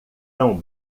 tão